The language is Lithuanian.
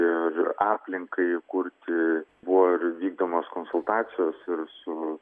ir aplinkai kurti buvo ir vykdomos konsultacijos ir su